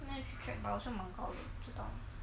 you should check but also 蛮高的我不知道